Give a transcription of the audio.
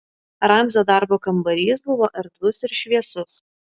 ramzio darbo kambarys buvo erdvus ir šviesus